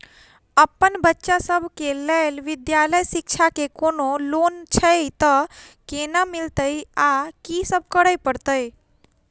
अप्पन बच्चा सब केँ लैल विधालय शिक्षा केँ कोनों लोन छैय तऽ कोना मिलतय आ की सब करै पड़तय